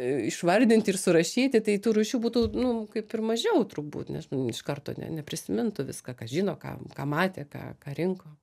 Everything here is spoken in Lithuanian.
išvardinti ir surašyti tai tų rūšių būtų nu kaip ir mažiau turbūt nes iš karto ne neprisimintų viską ką žino ką ką matė ką ką rinko